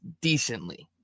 decently